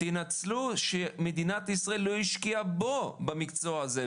תנצלו שמדינת ישראל לא השקיעה בו במקצוע הזה,